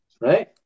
right